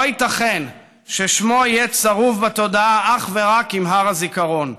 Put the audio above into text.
לא ייתכן ששמו יהיה צרוב בתודעה אך ורק עם הר הזיכרון,